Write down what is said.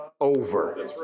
over